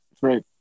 Right